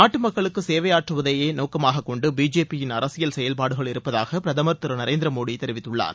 நாட்டுமக்களுக்கு சேவையாற்றுவதையே நோக்கமாக கொண்டு பிஜேபியின் அரசியல் செயல்பாடுகள் இருப்பதாக பிரதமர் திரு நரேந்திரமோடி தெரிவித்துள்ளார்